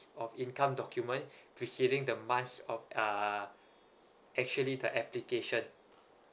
of income document preceding the months of uh actually the application